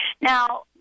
Now